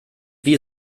wie